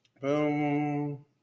boom